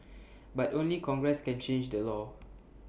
but only congress can change the law